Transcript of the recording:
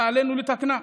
ועלינו לתקנה.